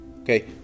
okay